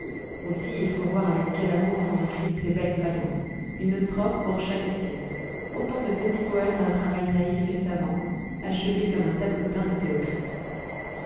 aussi il faut voir avec quel amour sont décrites ces belles faïences une strophe pour chaque assiette autant de petits poèmes d'un travail naïf et savant achevés comme un tableautin de